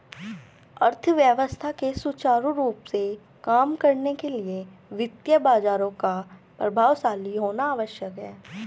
अर्थव्यवस्था के सुचारू रूप से काम करने के लिए वित्तीय बाजारों का प्रभावशाली होना आवश्यक है